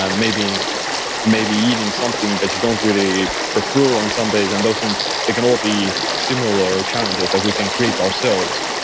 ah maybe maybe eating something that you don't really prefer on some days and those things, they can all be similar challenges that we can create ourselves.